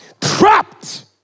trapped